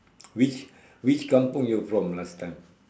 which which kampung you were from last time